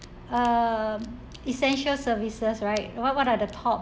um essential services right what what are the top